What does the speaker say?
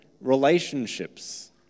relationships